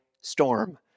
storm